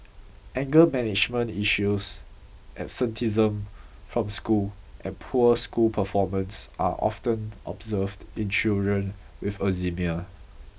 anger management issues absenteeism from school and poor school performance are often observed in children with eczema